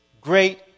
great